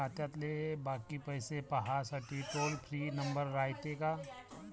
खात्यातले बाकी पैसे पाहासाठी टोल फ्री नंबर रायते का?